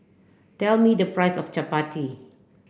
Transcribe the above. tell me the price of Chappati